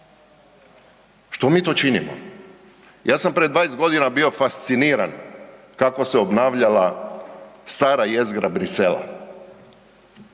Što mi to činimo? Ja sam pred 20.g. bio fasciniran kako se obnavljala stara jezgra Brisela.